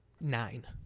nine